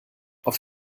auf